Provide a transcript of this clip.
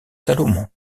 salomon